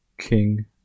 King